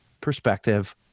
perspective